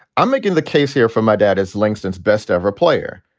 i'm making the case here for my dad as langston's best ever player.